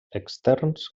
externs